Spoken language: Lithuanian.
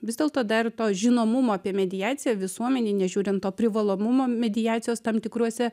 vis dėlto dar to žinomumo apie mediaciją visuomenėj nežiūrint to privalomumo mediacijos tam tikruose